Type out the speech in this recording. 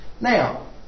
Now